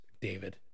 David